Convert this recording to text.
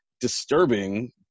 disturbing